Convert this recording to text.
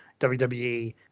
WWE